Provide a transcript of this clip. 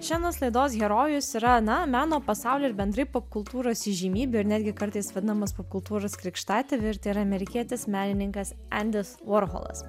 šiandienos laidos herojus yra na meno pasaulį ir bendrai popkultūros įžymybių ir netgi kartais vadinamas popkultūros krikštatėviu ir tėra amerikietis menininkas endis vorholas